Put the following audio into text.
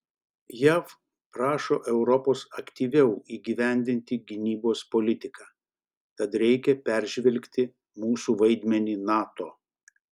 jav prašo europos aktyviau įgyvendinti gynybos politiką tad reikia peržvelgti mūsų vaidmenį nato